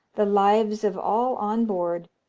the lives of all on board,